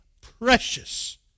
precious